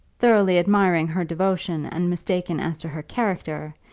thoroughly admiring her devotion and mistaken as to her character,